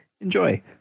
Enjoy